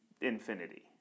infinity